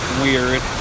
weird